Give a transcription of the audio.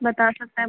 बता सकते हैं